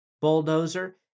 bulldozer